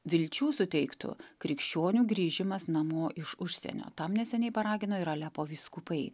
vilčių suteiktų krikščionių grįžimas namo iš užsienio tam neseniai paragino ir alepo vyskupai